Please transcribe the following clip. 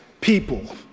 people